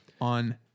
on